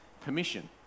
permission